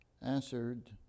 answered